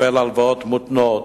קיבל הלוואות מותנות,